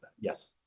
Yes